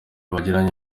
bagiranye